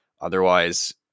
Otherwise